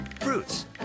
fruits